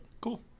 Cool